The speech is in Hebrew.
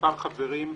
ומספר חברים,